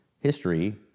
history